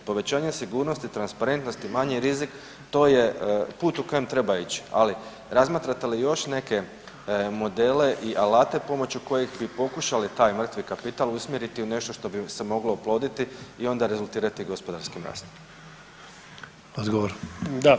Povećanje sigurnosti, transparentnosti, manji rizik to je put u kojem treba ići, ali razmatrate li još neke modele i alate pomoću kojih bi pokušali taj mrtvi kapital usmjeriti u nešto što bi se moglo oploditi i onda rezultirati gospodarskim rastom.